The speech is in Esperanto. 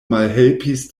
malhelpis